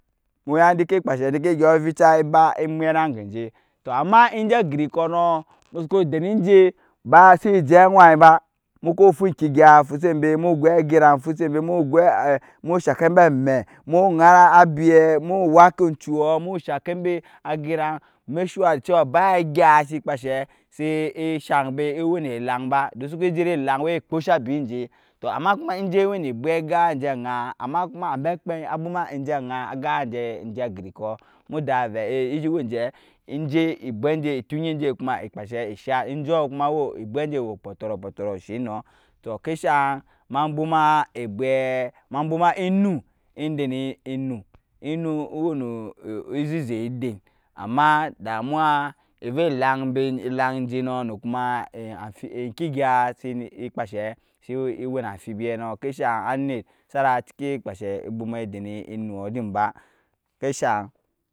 Mu ya dje ke. ba veca ba mena ggeje tɔ amma inje agricɔɔ nɔɔ mu suku den enje ba si je anwai ba muku fu gkiggo fuseba mu gwai agirag fuseba mu shakaim bɛ amme mu jara abei mu wakei sure da cɛwa ba gya si kpashe sikpashe ewɛi nɛ elang ba don siki jur elang wɛ kposha burinjɛ tɔɔ ama enjɛ ewɛi nɛ egbɛ ga jɛ jga ama kuma jambɛkpɛi a bwɔɔ ma jɛ jya ga jɛagri kɔ muda vɛ kuma ekpashe ɛshat ɛjɔɔ egbɛjɛ ewɔ kppɔtɔɔrɔkpɔtorɔ shɛ nɔ tɔ kɛshan ma bwɔma egbɛ ma bwɔma enu en dɛn enu enu ewɛ nɔ enu ezɛzɛ eden ama damuwaeve elang jɛnu kuma jakigya sɛ kpasdhɛsi wɛn na fbi nɔ kɛ shang anɛt sana cɛki kpashɛ ebwoma dɛn enu dɛ ba kɛshamg